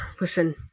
Listen